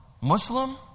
Muslim